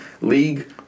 League